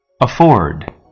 Afford